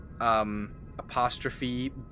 apostrophe